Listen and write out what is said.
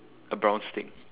a brown stick